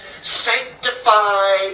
Sanctified